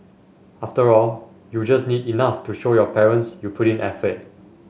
after all you just need enough to show your parents you put in effort